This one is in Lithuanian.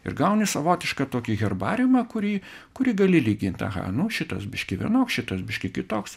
ir gauni savotišką tokį herbariumą kurį kurį gali lygint aha nu šitas biškį vienoks šitas biškį kitoks